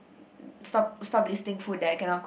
stop stop listing food that I cannot cook